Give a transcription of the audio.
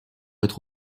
être